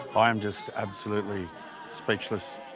i am just absolutely speechless.